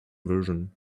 version